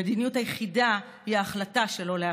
המדיניות היחידה היא ההחלטה שלא להחליט.